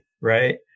right